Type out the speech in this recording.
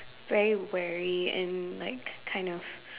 very wary and like kind of